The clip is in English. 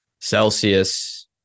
Celsius